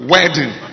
Wedding